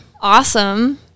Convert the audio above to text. awesome